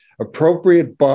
appropriate